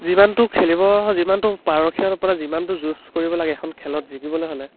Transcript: যিমানটো খেলিব যিমানটো পাৰদৰ্শিতা বা যিমানটো যুঁজ কৰিব লাগে এখন খেলত জিকিবলৈ হ'লে